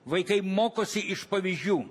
vaikai mokosi iš pavyzdžių